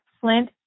Flint